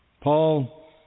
Paul